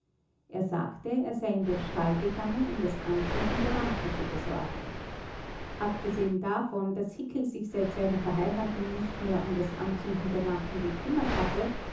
er sagte er sei in den stall gegangen um das anzünden der lampen zu besorgen abgesehen davon daß hickel sich seit seiner verheiratung nicht mehr um das anzünden der lampen gekümmert hatte